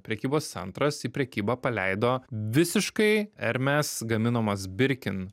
prekybos centras į prekybą paleido visiškai ermes gaminamas birkin